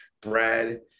bread